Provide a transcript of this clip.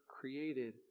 created